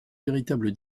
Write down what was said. véritable